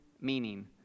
meaning